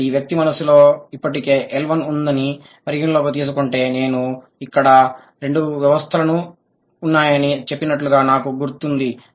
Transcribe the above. కాబట్టి వ్యక్తి మనస్సులో ఇప్పటికే L1 ఉందని పరిగణనలోకి తీసుకుంటే నేను ఇక్కడ రెండు వ్యవస్థలు ఉన్నాయని చెప్పినట్లు నాకు గుర్తుంది